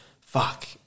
fuck